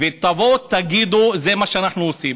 תבואו תגידו: זה מה שאנחנו עושים.